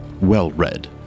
well-read